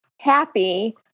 happy